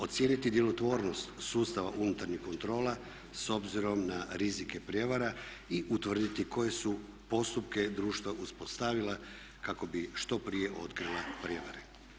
Ocijeniti djelotvornost sustava unutarnjih kontrola s obzirom na rizike prijevara i utvrditi koje su postupke društva uspostavila kako bi što prije otkrila prijevare.